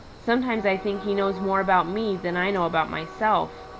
sometimes i think he knows more about me than i know about myself.